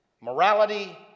morality